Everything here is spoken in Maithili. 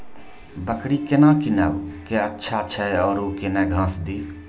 बकरी केना कीनब केअचछ छ औरू के न घास दी?